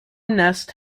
nest